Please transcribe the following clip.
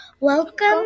Welcome